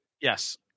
Yes